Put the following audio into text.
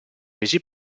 mesi